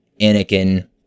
anakin